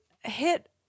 hit